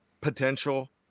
potential